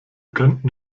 könnten